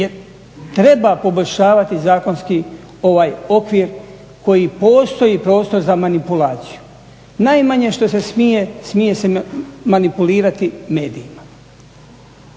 jer treba poboljšavati zakonski okvir koji postoji prostor za manipulaciju. Najmanje što se smije, smije se manipulirati medijima.